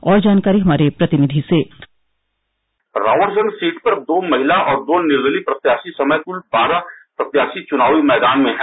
और जानकारी हमारे प्रतिनिधि से राबर्टसगंज सीट पर दो महिला और दो निर्दलीय प्रत्याशी समेत कुल बारह प्रत्याशी चुनावी मैदान में हैं